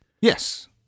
Yes